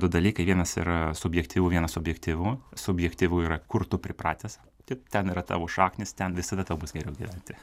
du dalykai vienas yra subjektyvu vienas objektyvu subjektyvu yra kur tu pripratęs taip ten yra tavo šaknys ten visada tau bus geriau gyventi